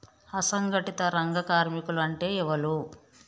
అసంఘటిత రంగ కార్మికులు అంటే ఎవలూ?